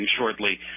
shortly